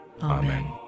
Amen